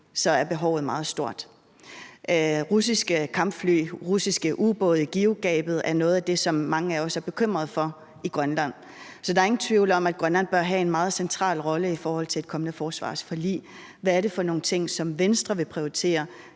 så er behovet meget stort. Russiske kampfly og russiske ubåde i GIUK-gabet er noget af det, som mange af os i Grønland er bekymrede for. Så der er ingen tvivl om, at Grønland bør have en meget central rolle i forhold til et kommende forsvarsforlig. Hvad er det for nogle ting, som Venstre vil prioritere